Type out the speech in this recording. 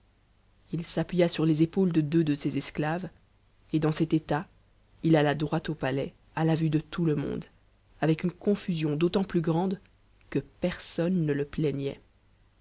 ï s'appuya sur les épaules de deux de ses esclaves et dans cet e il alla droit au palais à la vue de tout le monde avec une confus d'autant plus grande que personne ne le plaignait